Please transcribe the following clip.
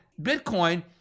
bitcoin